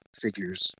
figures